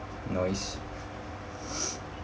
nice